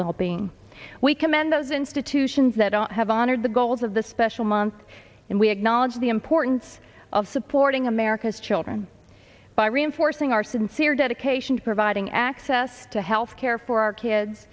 wellbeing we commend those institutions that have honored the goals of the special month and we acknowledge the importance of supporting america's children by reinforcing our sincere dedication to providing access to health care for our kids